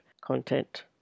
content